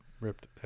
ripped